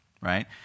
right